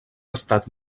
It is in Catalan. estat